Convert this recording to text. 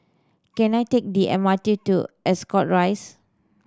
can I take the M R T to Ascot Rise